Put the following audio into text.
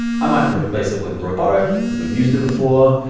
i might replace it with roboto cuz we've used it before.